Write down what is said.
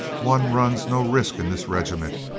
one runs no risks in this regiment.